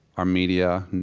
our media,